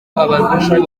abazungu